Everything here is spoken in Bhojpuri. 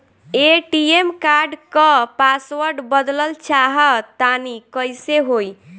ए.टी.एम कार्ड क पासवर्ड बदलल चाहा तानि कइसे होई?